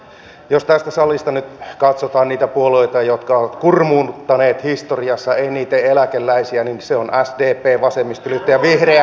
jos tästä salista nyt katsotaan niitä puolueita jotka ovat kurmuuttaneet historiassa eniten eläkeläisiä niin ne ovat sdp vasemmistoliitto ja vihreät